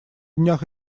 днях